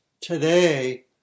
today